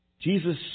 Jesus